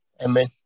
Amen